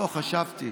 אנחנו צריכים